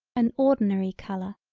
an ordinary color,